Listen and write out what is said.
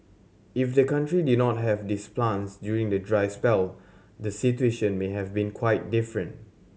if the country did not have these plants during the dry spell the situation may have been quite different